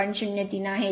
03 आहे